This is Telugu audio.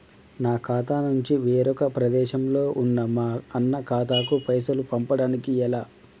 నా ఖాతా నుంచి వేరొక ప్రదేశంలో ఉన్న మా అన్న ఖాతాకు పైసలు పంపడానికి ఎలా?